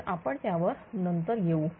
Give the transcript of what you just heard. तर आपण त्यावर नंतर येऊ